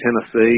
Tennessee